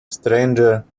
stranger